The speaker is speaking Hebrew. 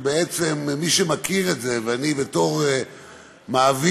שמי שמכיר את זה אני בתור מעביד